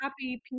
happy